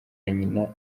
nyina